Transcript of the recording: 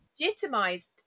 legitimized